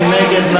מי נגד?